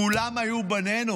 כולם היו בנינו.